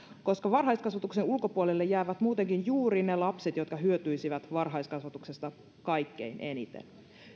koska varhaiskasvatuksen ulkopuolelle jäävät muutenkin juuri ne lapset jotka hyötyisivät varhaiskasvatuksesta kaikkein eniten